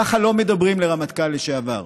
ככה לא מדברים לרמטכ"ל לשעבר.